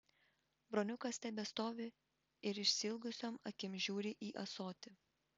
broniukas tebestovi ir išsiilgusiom akim žiūri į ąsotį